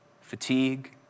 fatigue